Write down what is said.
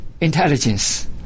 intelligence